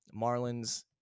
Marlins